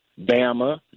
Bama